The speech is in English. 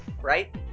right